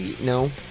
No